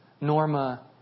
Norma